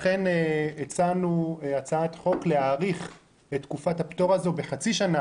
לכן הצענו הצעת חוק להאריך את תקופת הפטור הזו בחצי שנה.